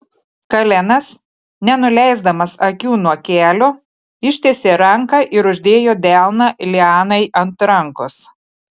kalenas nenuleisdamas akių nuo kelio ištiesė ranką ir uždėjo delną lianai ant rankos